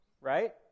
Right